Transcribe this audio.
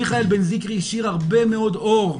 מיכאל בן זקרי השאיר הרבה מאוד אור,